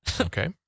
Okay